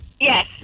Yes